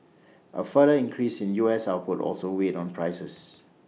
A further increase in U S output also weighed on prices